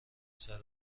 سرت